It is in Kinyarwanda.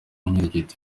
inkirigito